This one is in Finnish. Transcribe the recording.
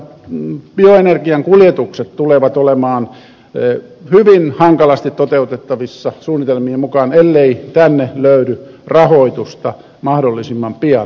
myös bioenergian kuljetukset tulevat olemaan hyvin hankalasti toteutettavissa suunnitelmien mukaan ellei tänne löydy rahoitusta mahdollisimman pian